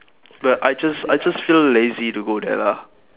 but I just I just feel lazy to go there lah